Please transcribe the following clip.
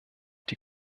die